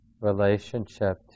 relationship